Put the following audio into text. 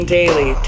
daily